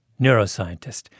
neuroscientist